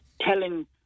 Telling